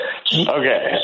Okay